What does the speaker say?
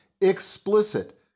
explicit